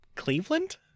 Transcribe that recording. Cleveland